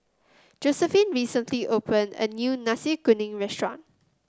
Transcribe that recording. Josephine recently opened a new Nasi Kuning Restaurant